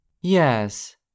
Yes